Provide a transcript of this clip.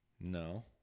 No